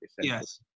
Yes